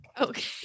okay